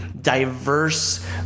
diverse